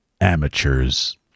amateurs